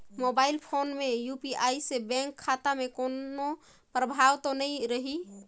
Mobile phone मे UPI से bank खाता मे कोनो प्रभाव तो नइ रही?